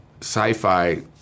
sci-fi